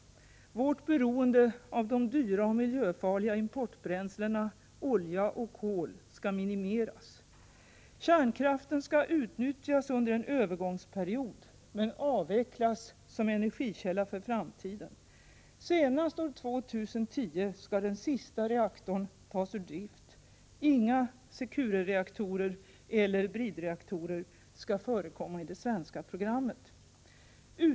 Vårt beroende av de dyra och miljöfarliga importbränslena olja och kol skall minimeras. 2. Kärnkraften skall utnyttjas under en övergångsperiod men avvecklas som energikälla för framtiden. Senast år 2010 skall den sista reaktorn tas ur drift. Inga Secure-reaktorer eller bridreaktorer skall förekomma i det svenska programmet. 3.